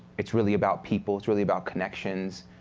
it's really about people. it's really about connections.